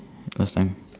last time